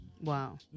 Wow